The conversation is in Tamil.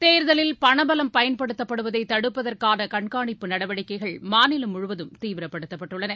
தேர்தலில் பணபலம் பயன்படுத்தப்படுவதை தடுப்பதற்கான கண்காணிப்பு நடவடிக்கைகள் மாநிலம் முழுவதும் தீவிரப்படுத்தப்பட்டுள்ளன